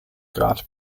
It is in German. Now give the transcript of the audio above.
grad